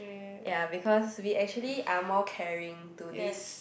ya because we actually are more caring to this